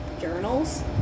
journals